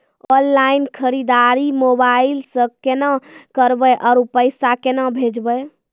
Online खरीददारी mobile से केना करबै, आरु पैसा केना भेजबै?